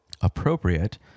appropriate